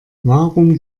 warum